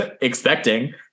expecting